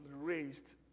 raised